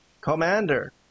Commander